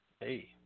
Hey